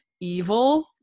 evil